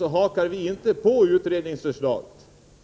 hakar inte alls på utredningens förslag.